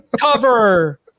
cover